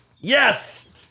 Yes